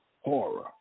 horror